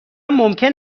ممکن